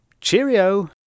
Cheerio